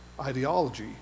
ideology